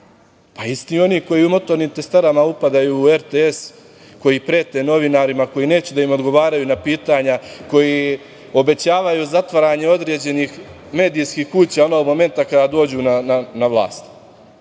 Pa, isti oni koji motornim testerama upadaju u RTS, koji prete novinarima koji neće da im odgovaraju na pitanja, koji obećavaju zatvaranje određenih medijskih kuća onog momenta kada dođu na vlast. To